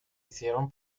hicieron